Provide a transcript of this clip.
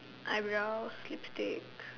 eyebrows lipsticks